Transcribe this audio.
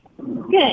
Good